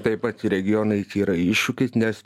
taip pat ir regionai yra iššūkis nes